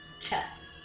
chess